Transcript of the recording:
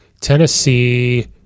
Tennessee